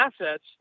assets